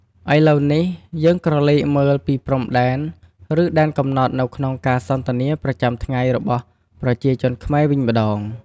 ឥឡូវនេះ យើងក្រឡេកមើលពីព្រំដែន ឬ ដែនកំណត់នៅក្នុងការសន្ទនាប្រចាំថ្ងៃរបស់ប្រជាជនខ្មែរវិញម្ដង។